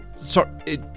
sorry